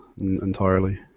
entirely